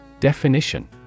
Definition